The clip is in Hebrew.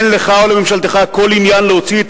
אין לך ולממשלתך כל עניין להוציא את